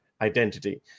identity